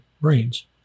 brains